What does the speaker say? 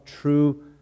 true